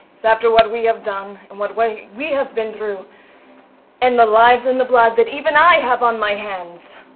is that after what we have done and what what we have been through and the lives and the blood that even i have on my hands,